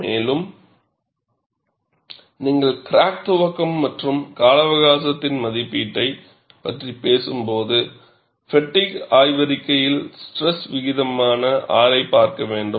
மேலும் நீங்கள் கிராக் துவக்கம் மற்றும் கால அவகாசத்தின் மதிப்பீட்டைப் பற்றி பேசும்போது ஃப்பெட்டிக் ஆய்வறிக்கையில் ஸ்ட்ரெஸ் விகிதமான R ஐப் பார்க்க வேண்டும்